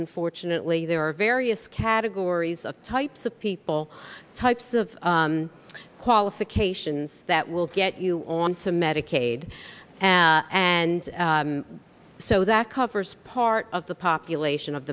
unfortunately there are various categories of types of people types of qualifications that will get you on to medicaid and so that covers part of the population of